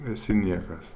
esi niekas